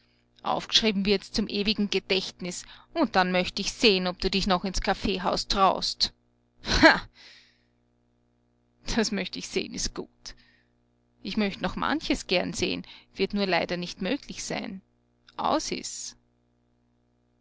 aufgeschrieben wird's zum ewigen gedächtnis und dann möcht ich sehen ob du dich noch ins kaffeehaus traust ha das möcht ich sehen ist gut ich möcht noch manches gern seh'n wird nur leider nicht möglich sein aus is